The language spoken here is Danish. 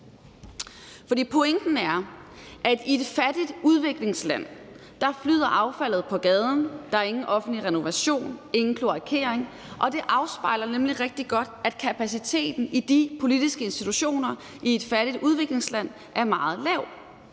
Pointen er, at i et fattigt udviklingsland flyder affaldet på gaden, der er ingen offentlig renovation og ingen kloakering, og det afspejler rigtig godt, at kapaciteten i de politiske institutioner i et fattigt udviklingsland er meget lav.